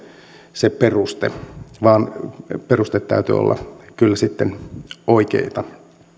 se peruste vaan perusteiden täytyy olla kyllä sitten oikeita